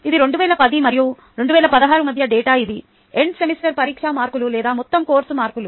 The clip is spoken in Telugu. ఇది 2010 మరియు 2016 మధ్య డేటా ఇది ఎండ్ సెమిస్టర్ పరీక్ష మార్కులు లేదా మొత్తం కోర్సు మార్కులు